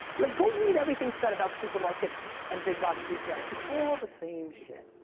like go read everything said about supermarkets and big box retail. it's all the same shit.